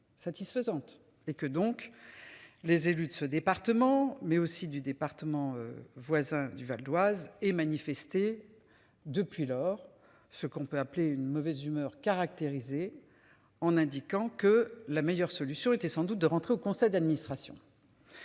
et que donc. Les élus de ce département, mais aussi du département voisin du Val-d'Oise et manifesté depuis lors. Ce qu'on peut appeler une mauvaise humeur caractérisée. En indiquant que la meilleure solution était sans doute de rentrer au conseil d'administration.